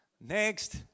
Next